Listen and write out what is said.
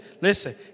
listen